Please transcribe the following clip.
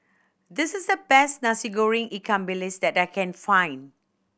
this is the best Nasi Goreng ikan bilis that I can find